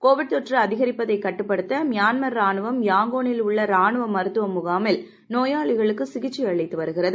Covid தொற்று அதிகரிப்பதை கட்டுப்படுத்த மியான்மர் ரானுவம் யாங்கோனில் உள்ள ரானுவ மருத்துவ முகாமில் நோயாளிகளுக்கு சிகிச்சை அளித்து வருகிறது